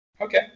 okay